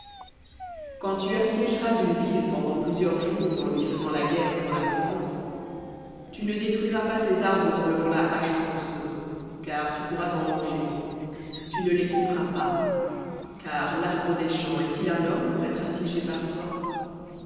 quand tu assiégeras une ville pendant plusieurs jours en lui faisant la guerre pour la prendre tu ne détruiras pas ses arbres en levant la hache contre eux car tu pourras en manger tu ne les couperas pas car l'arbre des champs est-il un homme pour être assiégé par toi